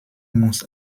muss